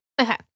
Okay